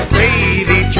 baby